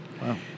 Wow